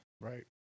Right